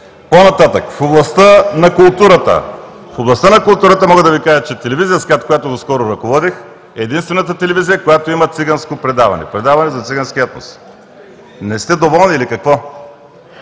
културата. В областта на културата мога да Ви кажа, че телевизия СКАТ, която доскоро ръководех, е единствената телевизия, която има циганско предаване – предаване за циганския етнос. (Реплики.) Не сте доволни или какво?